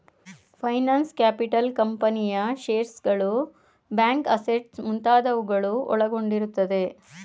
finance capital ಕಂಪನಿಯ ಶೇರ್ಸ್ಗಳು, bank assets ಮುಂತಾದವುಗಳು ಒಳಗೊಂಡಿರುತ್ತದೆ